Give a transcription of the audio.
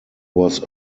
was